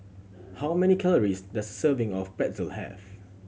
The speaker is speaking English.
how many calories does serving of Pretzel have